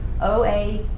OA